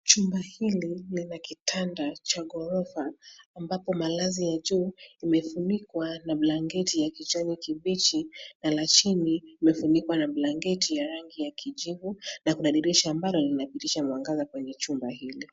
Chumba hili lina kitanda cha ghorofa ambapo malazi ya juu imefunikwa na blanketi ya kijani kibichi na la chini limefunikwa na blanketi ya rangi ya kijivu na kuna dirisha ambalo linapitisha mwangaza kwenye chumba hili.